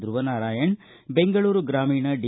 ದುವನಾರಾಯಣ ಬೆಂಗಳೂರು ಗ್ರಾಮೀಣ ಡಿ